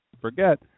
forget